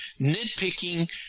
nitpicking